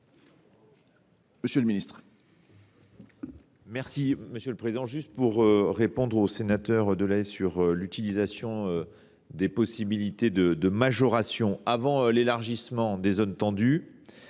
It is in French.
Monsieur le ministre,